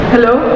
Hello